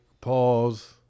pause